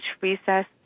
recess